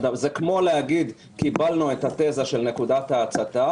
זה כמו לומר: קיבלנו את התזה של נקודת ההצתה,